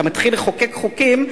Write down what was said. אתה מתחיל לחוקק חוקים,